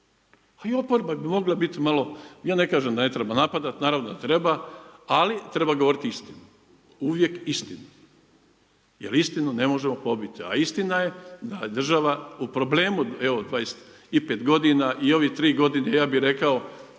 A i oporba bi mogla biti malo, ja ne kažem da ne treba napadati. Naravno da treba, ali treba govoriti istinu, uvijek istinu jer istinu ne možemo pobiti. A istina je da je država u problemu evo 25 godina. I ovih 3 godine ja bih rekao